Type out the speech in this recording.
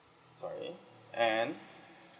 sorry and